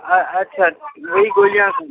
اچھا وہی گولیاں کھانی ہے